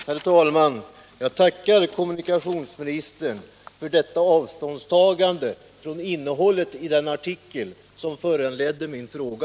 Herr talman! Jag tackar kommunikationsministern för detta avståndstagande från innehållet i den artikel som föranledde min fråga.